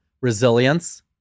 Resilience